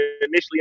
initially